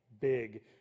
big